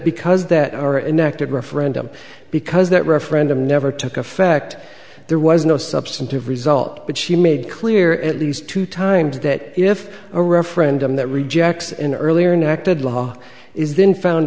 because that are enacted referendum because that referendum never took effect there was no substantive result but she made clear at least two times that if a referendum that rejects an earlier in acted law is then found